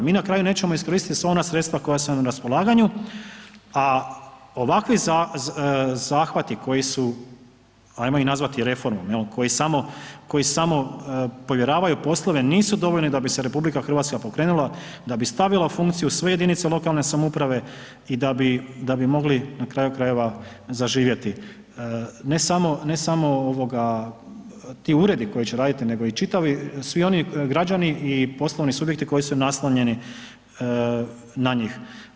Mi na kraju nećemo iskoristiti sva ona sredstva koja su nam na raspolaganju a ovakvi zahvati koji su ajmo ih nazvati reformom koji samo povjeravaju poslove, nisu dovoljni da bi se RH pokrenula, da bi stavila u funkciju sve jedinice lokalne samouprave i da bi mogli na kraju krajeva zaživjeti, ne samo ti uredi koji će raditi nego i čitavi, svi oni građani i poslovni subjekti koji su naslonjeni na njih.